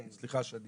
סליחה שאני